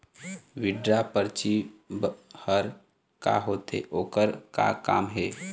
Withdraw परची हर का होते, ओकर का काम हे?